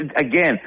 Again –